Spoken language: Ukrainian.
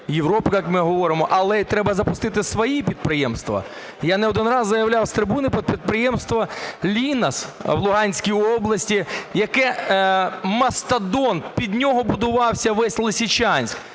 Європи, як ми говоримо, але і треба запустити свої підприємства. Я не один раз заявляв з трибуни про підприємство "Лінос" в Луганській області, яке "мастодонт", під нього будувався весь Лисичанськ.